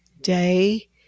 day